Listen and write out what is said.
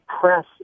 press